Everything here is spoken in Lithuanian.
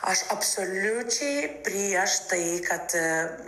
aš absoliučiai prieš tai kad